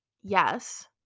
yes